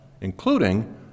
including